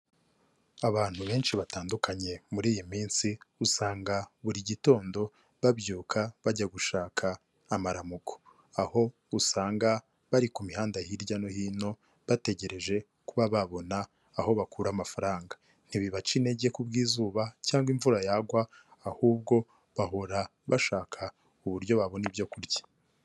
Abantu benshi batandukanye muri iyi minsi usanga buri gitondo babyuka bajya gushaka amaramuko, aho usanga bari ku mihanda hirya no hino, bategereje kuba babona aho bakura amafaranga, ntibibaca intege ku bw'izuba cyangwa imvura yagwa, ahubwo bahora bashaka uburyo babona ibyo kurya.